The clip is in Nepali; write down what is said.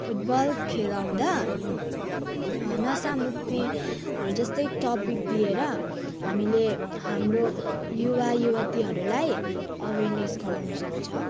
फुटबल खेलाउँदा नशामिुक्तिहरू जस्तै टपिक दिएर हामीले हाम्रो युवा युवतीहरूलाई अवेरनेस गराउनु सक्छ